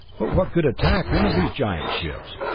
but what could attack one of those giant ships?